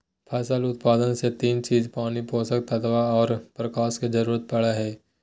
फसल उत्पादन ले तीन चीज पानी, पोषक तत्व आर प्रकाश के जरूरत पड़ई हई